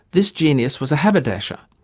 this genius was a haberdasher,